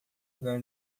lugar